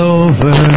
over